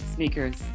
Sneakers